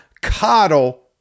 coddle